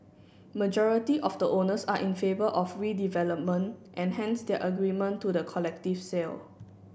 majority of the owners are in favour of redevelopment and hence their agreement to the collective sale